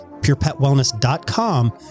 purepetwellness.com